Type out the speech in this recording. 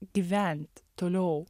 gyvent toliau